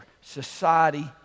society